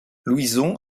louison